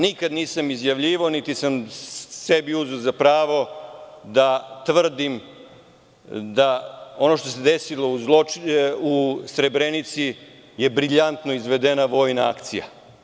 Nikad nisam izjavljivao niti sam sebi uzeo za pravo da tvrdim da ono što se desilo u Srebrenici je briljantno izvedena vojna akcija.